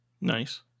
Nice